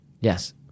Yes